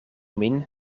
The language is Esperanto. min